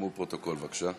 תרשמו בפרוטוקול, בבקשה.